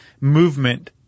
movement